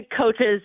coaches